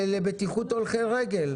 לבטיחות הולכי רגל,